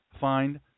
find